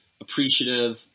appreciative